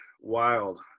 wild